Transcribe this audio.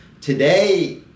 today